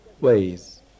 ways